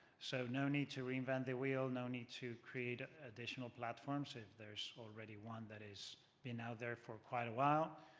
so no need to reinvent the wheel, no need to create additional platforms if there is already one that has been out there for quite a while.